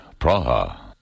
Praha